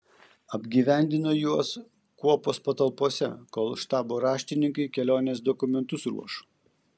apgyvendino juos kuopos patalpose kol štabo raštininkai kelionės dokumentus ruoš